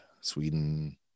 Sweden